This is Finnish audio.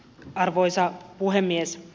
arvoisa puhemies